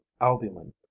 albumin